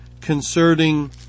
concerning